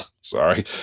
Sorry